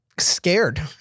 scared